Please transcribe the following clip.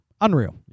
unreal